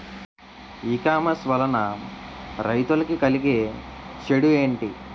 ఈ కామర్స్ వలన రైతులకి కలిగే చెడు ఎంటి?